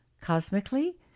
cosmically